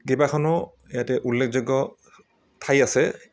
কেইবাখনো ইয়াতে উল্লেখযোগ্য ঠাই আছে